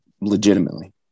Legitimately